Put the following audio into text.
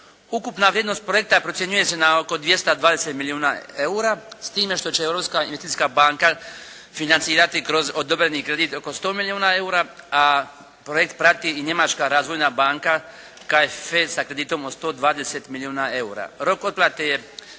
Ukupna vrijednost projekta procjenjuje se na oko 220 milijuna eura s time što će Europska investicijska banka financirati kroz odobreni kredit oko 100 milijuna eura a projekt prati i Njemačka razvojna banka KFE sa kreditom od 120 milijuna eura.